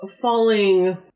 falling